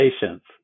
patients